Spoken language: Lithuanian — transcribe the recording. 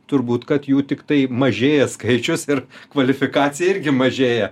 turbūt kad jų tiktai mažėja skaičius ir kvalifikacija irgi mažėja